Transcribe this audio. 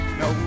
no